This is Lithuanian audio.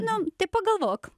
nu tai pagalvok